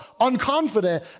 unconfident